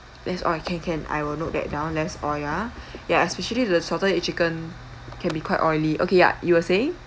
less oil can can I will note that down less oil ah ya especially the salted egg chicken can be quite oily okay ya you were saying